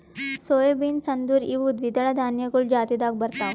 soy beans ಅಂದುರ್ ಇವು ದ್ವಿದಳ ಧಾನ್ಯಗೊಳ್ ಜಾತಿದಾಗ್ ಬರ್ತಾವ್